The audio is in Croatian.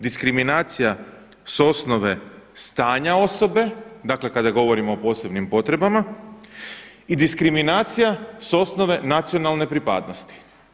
Diskriminacija s osnova stanja osobe dakle kada govorimo o posebnim potrebama i diskriminacija s osnove nacionalne pripadnosti.